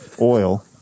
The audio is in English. ...oil